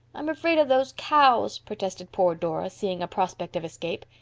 i'm afraid of those cows, protested poor dora, seeing a prospect of escape.